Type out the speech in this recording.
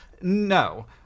No